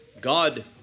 God